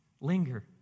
linger